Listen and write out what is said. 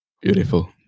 Beautiful